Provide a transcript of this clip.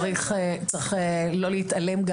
צריך לא להתעלם,